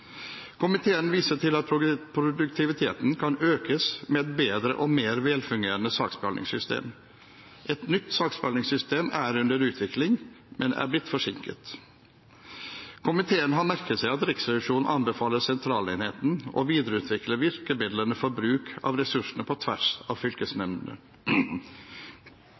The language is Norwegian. Komiteen viser til at produktiviteten kan økes med et bedre og mer velfungerende saksbehandlingssystem. Et nytt saksbehandlingssystem er under utvikling, men er blitt forsinket. Komiteen har merket seg at Riksrevisjonen anbefaler sentralenheten å videreutvikle virkemidlene for bruk av ressursene på tvers av fylkesnemndene.